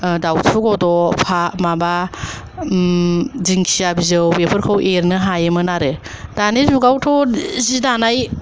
दाउथु गद' माबा उम दिंखिया बिजौ बेफोरखौ एरनो हायोमोन आरो दानि जुगावथ' जि दानाय